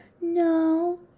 no